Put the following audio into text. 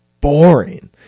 boring